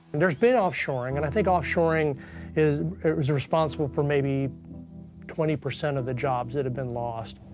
there's been offshoring. and i think offshoring is responsible for maybe twenty percent of the jobs that have been lost.